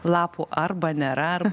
lapų arba nėra ar